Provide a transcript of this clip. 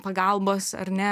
pagalbos ar ne